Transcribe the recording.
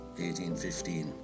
1815